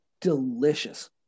delicious